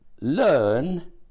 learn